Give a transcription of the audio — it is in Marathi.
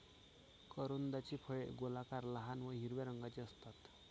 करोंदाची फळे गोलाकार, लहान व हिरव्या रंगाची असतात